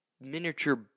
miniature